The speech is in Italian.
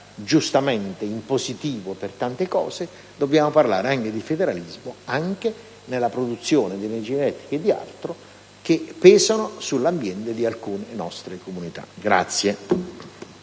giustamente in positivo sotto tanti aspetti, dobbiamo parlare di federalismo anche nella produzione di energia elettrica e di altro, che pesa sull'ambiente di alcune nostre comunità.